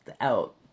out